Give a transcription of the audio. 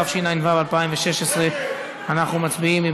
התשע"ו 2016. אנחנו מצביעים.